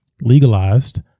legalized